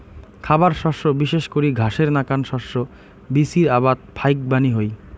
খাবার শস্য বিশেষ করি ঘাসের নাকান শস্য বীচির আবাদ ফাইকবানী হই